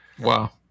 Wow